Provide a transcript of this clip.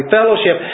fellowship